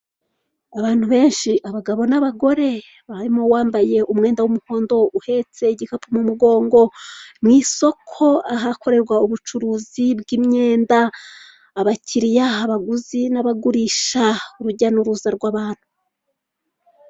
Abantu benshi abagabo n'abagore barimo uwambaye umwenda w'umuhondo uhetse igikapu mu mugongo. Mu isoko ahakorerwa ubucuruzi bw'imyenda, abakiriya, abaguzi n'abagurisha urujya nuruza rw'abantu.